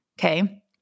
Okay